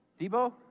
Debo